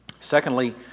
Secondly